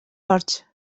horts